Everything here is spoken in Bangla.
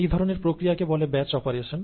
এই ধরনের প্রক্রিয়াকে বলে ব্যাচ অপারেশন